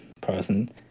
person